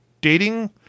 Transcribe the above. dating